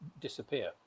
disappear